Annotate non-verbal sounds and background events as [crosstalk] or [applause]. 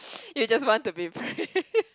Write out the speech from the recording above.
[noise] you just want to be praised [laughs]